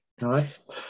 Nice